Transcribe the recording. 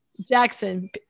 Jackson